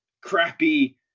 crappy